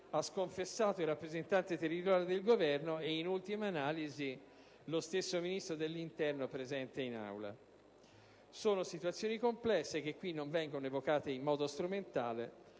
ha sconfessato il rappresentante territoriale del Governo e, in ultima analisi, lo stesso Ministro dell'interno, oggi presente in Aula. Sono situazioni complesse che qui non vengono evocate in modo strumentale: